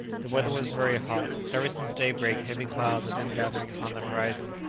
the weather was very hot ever since daybreak heavy clouds had been gathering upon the horizon,